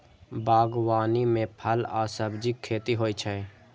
बागवानी मे फल आ सब्जीक खेती होइ छै